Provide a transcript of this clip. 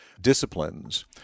disciplines